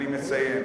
אני מסיים.